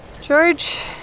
George